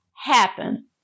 happen